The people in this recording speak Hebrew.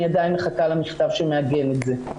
אני עדיין מחכה למכתב שמעגן את זה.